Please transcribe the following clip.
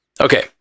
Okay